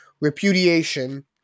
repudiation